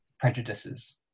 prejudices